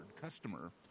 customer